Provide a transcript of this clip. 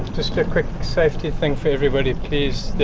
just a quick safety thing for everybody. please,